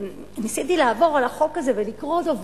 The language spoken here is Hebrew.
ניסיתי לעבור על החוק הזה ולקרוא אותו.